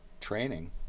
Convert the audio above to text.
training